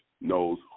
knows